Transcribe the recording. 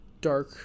dark